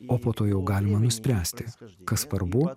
o po to jau galima nuspręsti kas svarbu